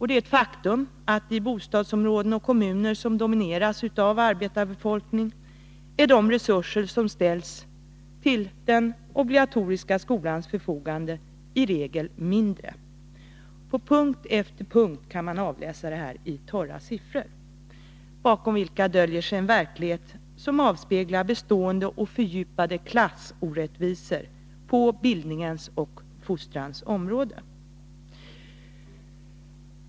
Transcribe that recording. Det är ett faktum att i bostadsområden och kommuner som domineras av arbetarbefolkning är de resurser som kan ställas till den obligatoriska skolans förfogande i regel mindre. På punkt efter punkt kan detta avläsas i torra siffror, bakom vilka döljer sig en verklighet, som avspeglar bestående och fördjupade klassorättvisor på bildningens och fostrans område.